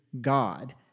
God